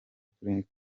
kuri